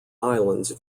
islands